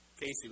Casey